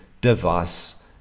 device